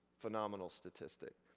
phenomenal statistics.